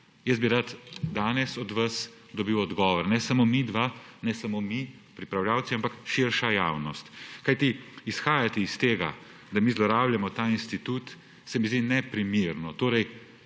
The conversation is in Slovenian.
jaz bi rad danes od vas dobil odgovor, ne samo midva, ne samo mi, pripravljavci, ampak širša javnost. Kajti izhajati iz tega, da mi zlorabljamo ta institut, se mi zdi neprimerno.